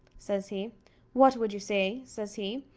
says he what would you say, says he,